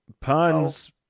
puns